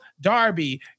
Darby